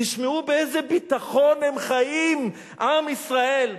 תשמעו באיזה ביטחון הם חיים, עם ישראל.